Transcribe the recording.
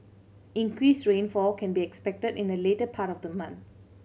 increased rainfall can be expected in the later part of the month